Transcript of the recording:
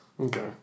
Okay